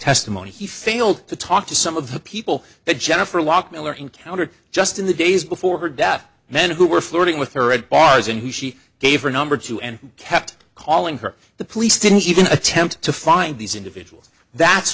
testimony he failed to talk to some of the people that jennifer locke miller encountered just in the days before her death men who were flirting with her at bars and who she gave her number to and kept calling her the police didn't even attempt to find these individuals that's